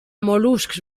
mol·luscs